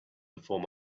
before